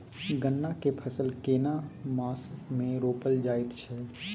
गन्ना के फसल केना मास मे रोपल जायत छै?